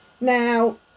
Now